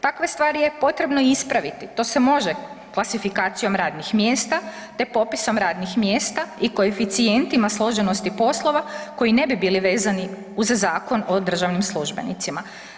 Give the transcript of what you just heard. Takve stvari je potrebno ispraviti, to se može klasifikacijom radnih mjesta, te popisom radnih mjesta i koeficijentima složenosti poslova koji ne bi bili vezani uz Zakon o državnim službenicima.